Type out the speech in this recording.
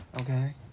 Okay